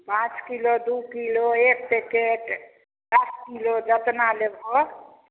पाॅंच किलो दू किलो एक पेकेट दस किलो जतना लेबहो